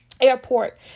airport